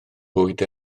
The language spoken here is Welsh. bwyd